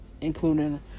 including